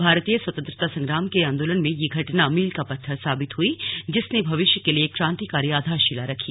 भारतीय स्वतन्त्रता संग्राम के आन्दोलन में यह घटना मील का पत्थर साबित हुई जिसने भविष्य के लिए एक क्रांतिकारी आधारशिला रखी